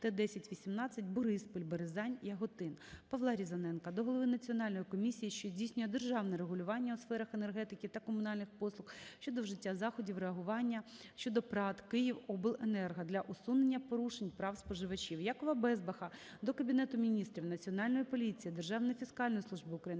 Т-10-18 Бориспіль-Березань-Яготин. Павла Різаненка до голови Національної комісії, що здійснює державне регулювання у сферах енергетики та комунальних послуг щодо вжиття заходів реагування щодо ПрАТ "Київобленерго" для усунення порушень прав споживачів. Якова Безбаха до Кабінету Міністрів, Національної поліції, Державної фіскальної служби України,